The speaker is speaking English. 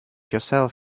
yourself